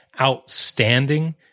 outstanding